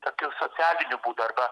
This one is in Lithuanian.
tokiu socialiniu būdu arba